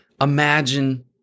imagine